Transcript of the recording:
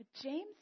James